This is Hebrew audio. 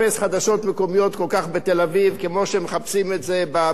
בתל-אביב כמו שמחפשים את זה בפריפריה,